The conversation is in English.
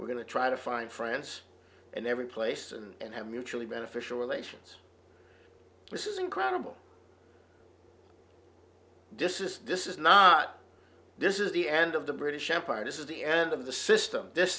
we're going to try to find france and every place and mutually beneficial relations this is incredible this is this is not this is the end of the british empire this is the end of the system this